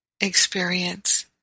experience